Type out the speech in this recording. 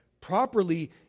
properly